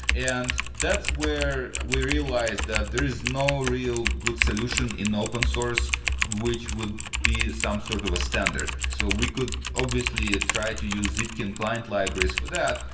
and that's where we realized that there is no real good solution in open source which would be some sort of a standard. so we could obviously ah try to use zipkin client libraries for that,